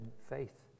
faith